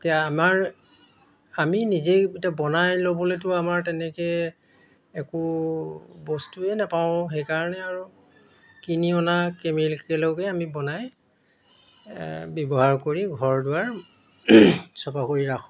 এতিয়া আমাৰ আমি নিজেই এতিয়া বনাই ল'বলেতো আমাৰ তেনেকৈ একো বস্তুৱেই নাপাওঁ সেইকাৰণে আৰু কিনি অনা কেমিকেলকে আমি বনাই ব্যৱহাৰ কৰি ঘৰ দ্বাৰ চফা কৰি ৰাখোঁ